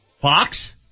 Fox